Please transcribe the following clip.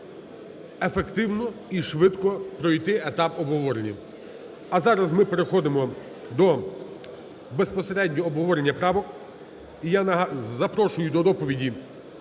ефективно і швидко пройти етап обговорення. А зараз ми переходимо до безпосередньо обговорення правок. І я запрошую до доповіді